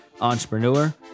entrepreneur